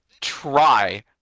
try